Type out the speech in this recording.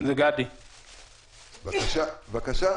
בבקשה.